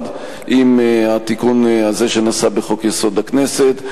עם התיקון הזה שנעשה בחוק-יסוד: הכנסת.